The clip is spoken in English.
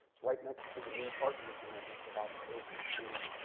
it's right next to the new art museum that's about to open soon.